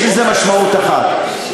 יש לזה משמעות אחת,